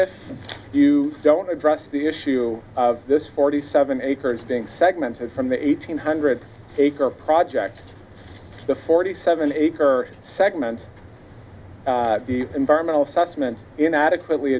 if you don't address the issue of this forty seven acres being segmented from the eight hundred acre project the forty seven acre segments the environmental assessment in adequately